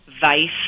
vice